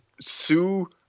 Sue